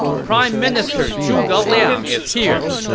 prime minister zhuge liang is here!